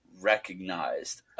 recognized